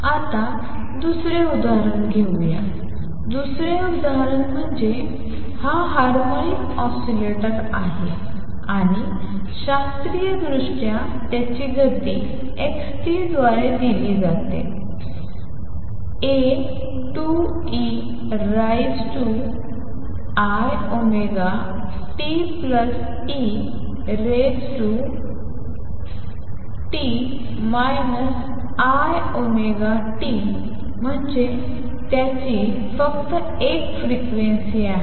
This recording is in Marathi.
आता दुसरे उदाहरण घेऊ या दुसरे उदाहरण म्हणजे हा हार्मोनिक ऑसिलेटर आहे आणि शास्त्रीयदृष्ट्या त्याची गती x t द्वारे दिली जाते a 2 e raise to i omega t plus e raise to minus i omega t म्हणजे त्याची फक्त एक फ्रिक्वेन्सी आहे